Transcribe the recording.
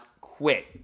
quit